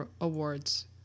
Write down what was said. awards